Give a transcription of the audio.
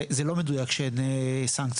זה לא מדויק שאין סנקציות,